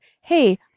hey